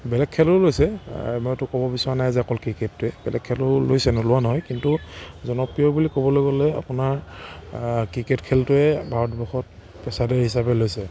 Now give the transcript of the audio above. বেলেগ খেলো লৈছে মই এইটো ক'ব বিচৰা নাই যে অকল ক্ৰিকেটটোৱে বেলেগ খেলো লৈছে নোলোৱা নহয় কিন্তু জনপ্ৰিয় বুলি ক'বলৈ গ'লে আপোনাৰ ক্ৰিকেট খেলটোৱে ভাৰতবৰ্ষত পেছাদাৰী হিচাপে লৈছে